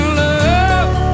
love